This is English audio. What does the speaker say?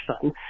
fun